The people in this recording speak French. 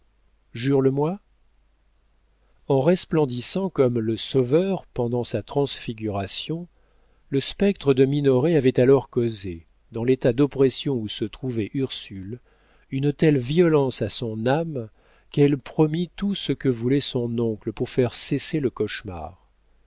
jure le moi en resplendissant comme le sauveur pendant sa transfiguration le spectre de minoret avait alors causé dans l'état d'oppression où se trouvait ursule une telle violence à son âme qu'elle promit tout ce que voulait son oncle pour faire cesser le cauchemar